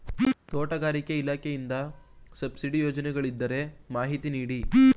ತೋಟಗಾರಿಕೆ ಇಲಾಖೆಯಿಂದ ಸಬ್ಸಿಡಿ ಯೋಜನೆಗಳಿದ್ದರೆ ಮಾಹಿತಿ ನೀಡಿ?